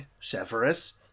Severus